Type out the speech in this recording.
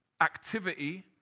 activity